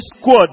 squad